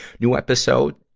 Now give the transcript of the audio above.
new episode,